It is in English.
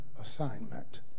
assignment